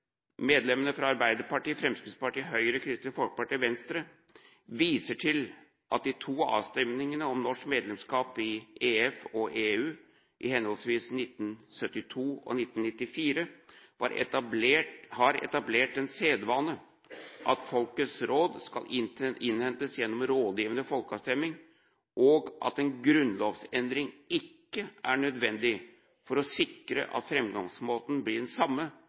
medlemmene fra Arbeiderpartiet, Fremskrittspartiet, Høyre, Kristelig Folkeparti og Venstre, viser til at de to avstemningene om norsk medlemskap i EF og EU, henholdsvis i 1972 og i 1994, har etablert den sedvane at folkets råd skal innhentes gjennom rådgivende folkeavstemning, og at en grunnlovsendring ikke er nødvendig for å sikre at framgangsmåten blir den samme